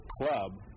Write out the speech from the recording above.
club